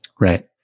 Right